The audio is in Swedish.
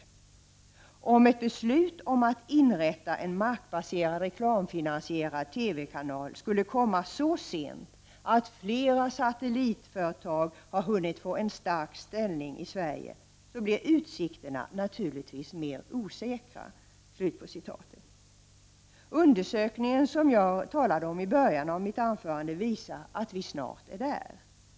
Om ett beslut om att inrätta en markbaserad reklamfinansierad TV-kanal skulle komma så sent att flera satellit-TV-företag har hunnit få en stark ställning i Sverige, blir utsikterna naturligtvis mer osäkra.” Undersökningen som jag talade om i början av mitt anförande visar att vi snart är där.